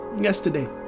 Yesterday